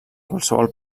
qualsevol